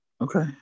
Okay